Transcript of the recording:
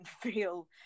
feel